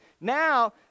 Now